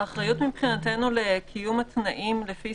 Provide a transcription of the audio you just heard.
האחריות מבחינתנו לקיום התנאים לפי